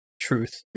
truth